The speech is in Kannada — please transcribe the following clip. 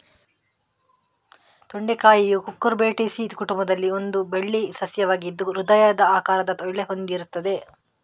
ತೊಂಡೆಕಾಯಿಯು ಕುಕುರ್ಬಿಟೇಸಿ ಕುಟುಂಬದಲ್ಲಿ ಒಂದು ಬಳ್ಳಿ ಸಸ್ಯವಾಗಿದ್ದು ಹೃದಯದ ಆಕಾರದ ಎಲೆ ಹೊಂದಿರ್ತದೆ